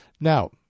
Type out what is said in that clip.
Now